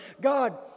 God